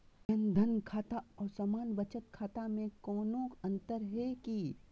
जन धन खाता और सामान्य बचत खाता में कोनो अंतर है की?